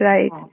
Right